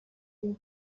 been